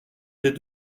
des